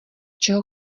čeho